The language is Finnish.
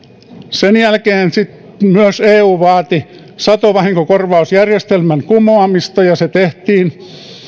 sen jälkeen myös eu vaati satovahinkokorvausjärjestelmän kumoamista ja se tehtiin